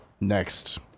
Next